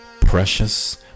precious